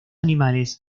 animales